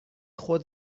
خود